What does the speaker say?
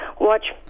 watch